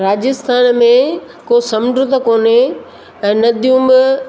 राजस्थान में को समुंड त कोने ऐं नदियूं में